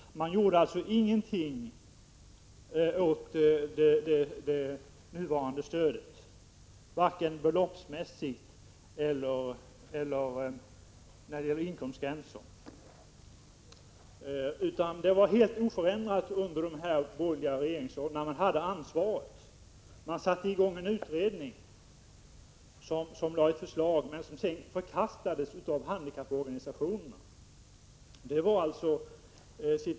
Man gjorde alltså ingenting åt det här stödet, vare sig beloppsmässigt eller i fråga om inkomstgränserna. Den borgerliga regeringen satte i gång en utredning, som lade fram ett förslag, vilket sedan förkastades av handikapporganisationerna.